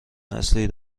نسلی